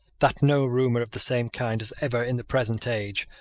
that no rumour of the same kind has ever, in the present age,